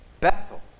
Bethel